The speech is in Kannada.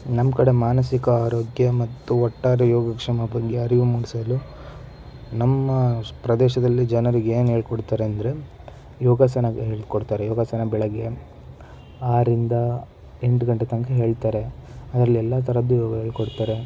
ನಮ್ಮ ಕಡೆ ಮಾನಸಿಕ ಆರೋಗ್ಯ ಮತ್ತು ಒಟ್ಟಾರೆ ಯೋಗಕ್ಷೇಮ ಬಗ್ಗೆ ಅರಿವು ಮೂಡಿಸಲು ನಮ್ಮ ಪ್ರದೇಶದಲ್ಲಿ ಜನರಿಗೆ ಏನೇಳ್ಕೊಡ್ತಾರೆ ಅಂದರೆ ಯೋಗಾಸನ ಹೇಳ್ಕೊಡ್ತಾರೆ ಯೋಗಾಸನ ಬೆಳಗ್ಗೆ ಆರರಿಂದ ಎಂಟು ಗಂಟೆ ತನಕ ಹೇಳ್ತಾರೆ ಅದರಲ್ಲೆಲ್ಲ ಥರದ್ದು ಯೋಗ ಹೇಳ್ಕೊಡ್ತಾರೆ